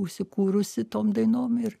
užsikūrusi tom dainom ir